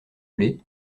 blé